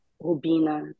Rubina